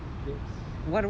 so I went eleven times lah